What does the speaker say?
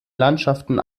landschaften